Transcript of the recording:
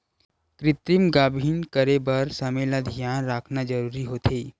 कृतिम गाभिन करे बर समे ल धियान राखना जरूरी होथे